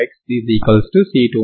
ఈ విధంగా దీనిని మనం చూస్తాము